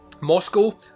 Moscow